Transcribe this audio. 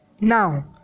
now